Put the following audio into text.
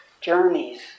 journeys